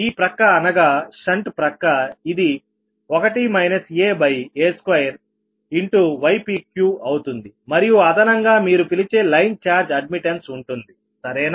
ఈ ప్రక్క అనగా షంట్ ప్రక్క ఇది 1 aa2ypqఅవుతుంది మరియు అదనంగా మీరు పిలిచే లైన్ ఛార్జ్ అడ్మిట్టన్స్ ఉంటుంది సరేనా